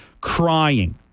crying